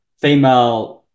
female